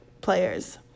players